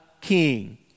king